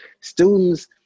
students –